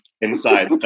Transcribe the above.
inside